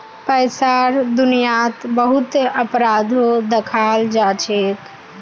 पैसार दुनियात बहुत अपराधो दखाल जाछेक